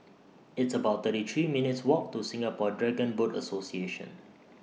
It's about thirty three minutes' Walk to Singapore Dragon Boat Association